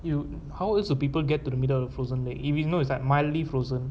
you how else will people get to the middle of the frozen lake even though it's like mildly frozen